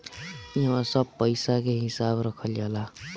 इहवा सब पईसा के हिसाब रखल जाला